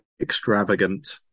extravagant